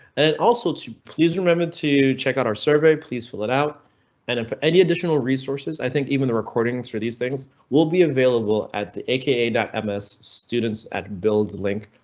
and it also too. please remember to check out our survey. please fill it out and then for any additional resources. i think even the recordings for these things will be available. at the aka dot ms students at build link.